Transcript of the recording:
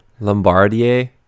Lombardier